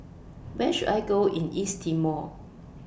Where should I Go in East Timor